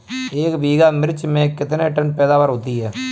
एक बीघा मिर्च में कितने टन पैदावार होती है?